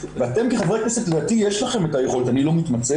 ואתם כחברי כנסת לדעתי יש לכם את היכולת אני לא מתמצא